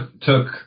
took